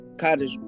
Cottage